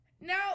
Now